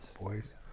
boys